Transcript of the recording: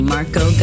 Marco